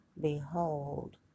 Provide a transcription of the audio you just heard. Behold